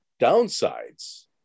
downsides